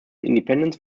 independence